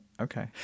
Okay